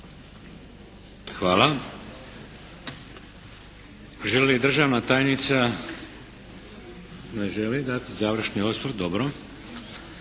Hvala. Želi li državna tajnica? Ne želi dati završni osvrt. Dobro.